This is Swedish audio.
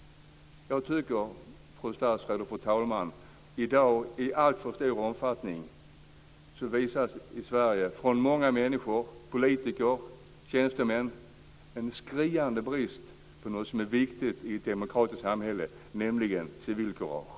Fru talman och fru statsråd! I dag visas i alltför stor omfattning från människor, politiker och tjänstemän en skriande brist på något som är viktigt i ett demokratiskt samhälle, nämligen civilkurage.